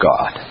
God